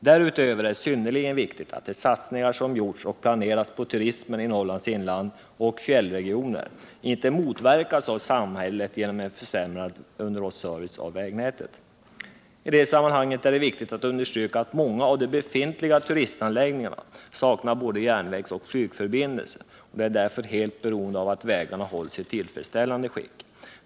Därutöver är det synnerligen viktigt att de satsningar som gjorts och planeras på turismen i Norrlands inland och fjällregioner inte motverkas av samhället genom försämrat underhåll av vägnätet. I det sammanhanget är det viktigt att understryka att många av de befintliga turistanläggningarna saknar både järnvägsoch flygförbindelser och därför är helt beroende av att vägarna hålls i tillfredsställande skick.